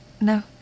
No